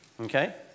okay